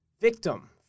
victim